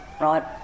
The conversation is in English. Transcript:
right